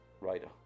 writer